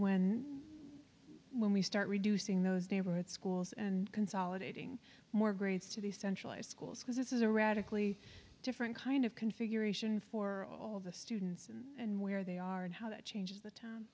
when when we start reducing those neighborhood schools and consolidating more grades to the centralized schools because this is a radically different kind of configuration for all of the students and where they are and how to change the t